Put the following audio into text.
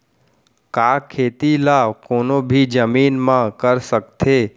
का खेती ला कोनो भी जमीन म कर सकथे?